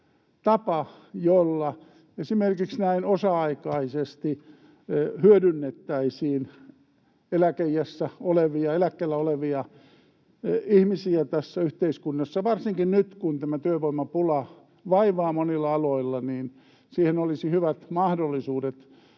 tapa, jolla esimerkiksi osa-aikaisesti hyödynnettäisiin eläkkeellä olevia ihmisiä tässä yhteiskunnassa, ja varsinkin nyt, kun työvoimapula vaivaa monilla aloilla, siihen olisi hyvät mahdollisuudet.